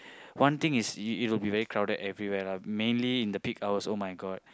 one thing is it will be very crowded everywhere lah mainly in the peak hours [oh]-my-god